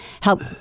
help